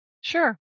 Sure